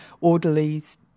orderlies